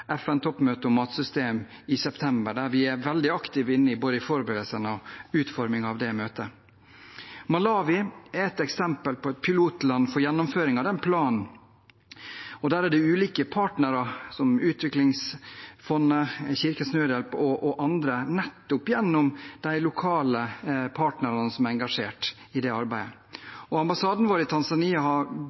om matsystemer i september, der vi er veldig aktivt inne i både forberedelsene og utformingen av det møtet. Malawi er et eksempel på et pilotland for gjennomføring av den planen. Der er det ulike partnere, som Utviklingsfondet, Kirkens Nødhjelp og andre, som nettopp gjennom de lokale partnerne er engasjert i det arbeidet. Ambassaden vår i Tanzania har